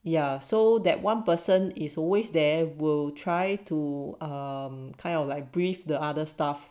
ya so that one person is always there will try to um kind of like brief the other staff